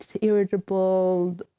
irritable